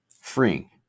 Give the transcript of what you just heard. freeing